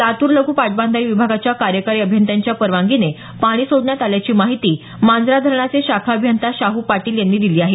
लातूर लघू पाटबंधारे विभागाच्या कार्यकारी अभियंत्यांच्या परवानगीने पाणी सोडण्यात आल्याची माहिती मांजरा धरणाचे शाखा अभियंता शाहू पाटील यांनी दिली आहे